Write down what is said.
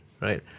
right